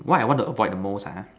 what I want to avoid the most ah